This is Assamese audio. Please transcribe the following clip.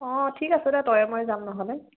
অঁ ঠিক আছে দে তয়ে ময়ে যাম নহ'লে